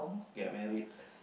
get married